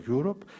Europe